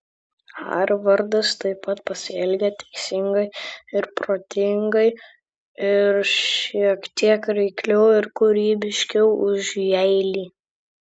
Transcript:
harvardas taip pat pasielgė teisingai ir protingai ir šiek tiek reikliau ir kūrybiškiau už jeilį